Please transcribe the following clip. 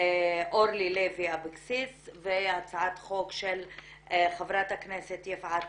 אורלי לוי אבקסיס והצעת חוק של חברת הכנסת יפעת